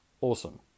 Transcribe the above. Awesome